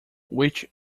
which